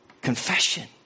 confession